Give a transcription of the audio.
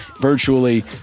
virtually